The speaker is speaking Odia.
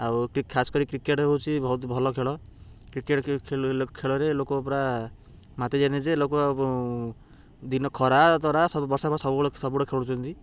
ଆଉ ଖାସ୍ କରି କ୍ରିକେଟ୍ ହେଉଛି ବହୁତ ଭଲ ଖେଳ କ୍ରିକେଟ୍ ଖେଳ ରେ ଲୋକ ପୁରା ମାତି ଯାଆନ୍ତି ଯେ ଲୋକ ଦିନ ଖରା ତରା ସବୁ ବର୍ଷା ବର୍ଷ ସବୁବେଳେ ସବୁବେଳେ ଖେଳୁଛନ୍ତି